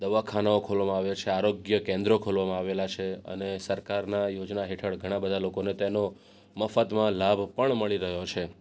દવાખાનાઓ ખોલવામાં આવ્યાં છે આરોગ્ય કેન્દ્ર ખોલવામાં આવેલાં છે અને સરકારનાં યોજના હેઠળ ઘણાં બધા લોકોને તેનો મફતમાં લાભ પણ મળી રહ્યો છે